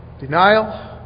denial